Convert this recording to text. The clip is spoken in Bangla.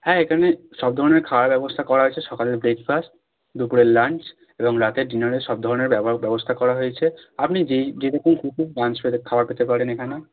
হ্যাঁ এখানে সব ধরণের খাওয়ার ব্যবস্থা করা আছে সকালের ব্রেকফাস্ট দুপুরের লাঞ্চ এবং রাতের ডিনারের সব ধরণের ব্যবহার ব্যবস্থা করা হয়েছে আপনি যেই যেরকম খাবার খেতে পারেন এখানে